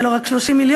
ולא רק 30 מיליון,